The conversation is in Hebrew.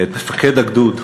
את מפקד הגדוד,